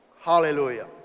Hallelujah